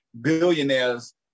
Billionaires